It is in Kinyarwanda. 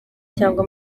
cyangwa